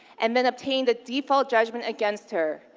and then obtained a default judgment against her,